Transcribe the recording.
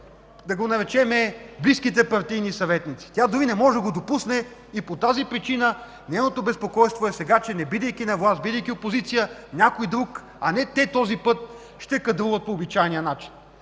да го наречем – близките партийни съветници. Тя дори не може да го допусне и по тази причина нейното безпокойство сега е, че не бидейки на власт, бидейки опозиция, някой друг, а не те този път, ще кадрува по обичайния начин.